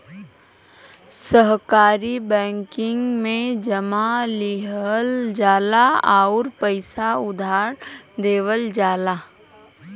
सहकारी बैंकिंग में जमा लिहल जाला आउर पइसा उधार देवल जाला